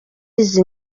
izi